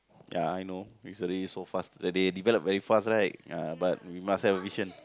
ya I know recently so fast the they develop very fast right ya but we must have a vision